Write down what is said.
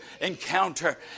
encounter